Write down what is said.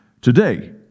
today